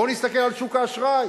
בואו נסתכל על שוק האשראי.